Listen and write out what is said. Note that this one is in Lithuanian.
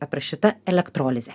aprašyta elektrolizė